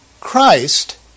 Christ